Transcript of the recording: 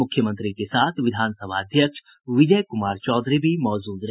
मुख्यमंत्री के साथ विधानसभा अध्यक्ष विजय कुमार चौधरी भी मौजूद रहे